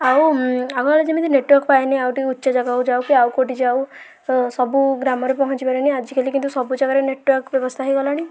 ଆଉ ଆଗକାଳେ ଯେମିତି ନେଟ୍ୱାର୍କ ପାଏନି ଆଉ ଟିକେ ଉଚ୍ଚା ଜାଗାକୁ ଯାଉ କି ଆଉ କୋଉଠି ଯାଉ ସବୁ ଗ୍ରାମରେ ପହଞ୍ଚି ପାରେନି ଆଜିକାଲି କିନ୍ତୁ ସବୁ ଜାଗାରେ ନେଟୱାର୍କ ବ୍ୟବସ୍ଥା ହେଇଗଲାଣି